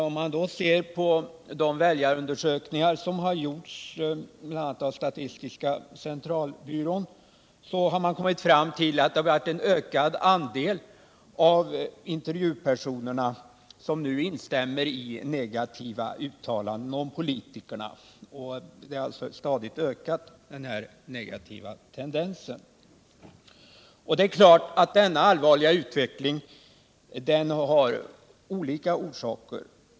Om man ser på de väljarundersökningar som genomförts av bl.a. statistiska centralbyrån så framgår det att en ökad andel av intervjupersonerna nu instämmer i negativa uttalanden om politikerna. Den negativa tendensen har stadigt ökat. Det är klart att denna allvarliga utveckling har olika orsaker.